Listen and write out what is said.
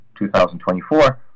2024